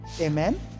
amen